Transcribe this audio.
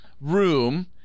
room